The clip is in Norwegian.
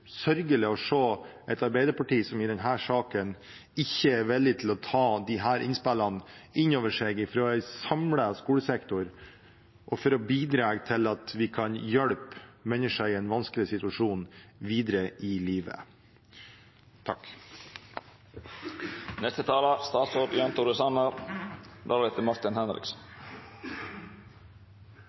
saken ikke er villig til å ta innspillene fra en samlet skolesektor inn over seg, for å bidra til at vi kan hjelpe mennesker i en vanskelig situasjon videre i livet.